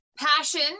passion